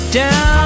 down